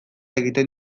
egiten